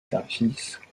services